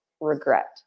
regret